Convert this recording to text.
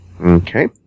Okay